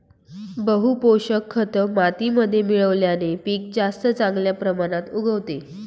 बहू पोषक खत मातीमध्ये मिळवल्याने पीक जास्त चांगल्या प्रमाणात उगवते